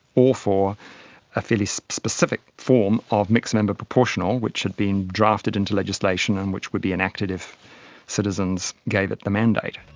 or for a fairly specific form of mixed member proportional which had been drafted into legislation and which would be enacted if citizens gave it the mandate.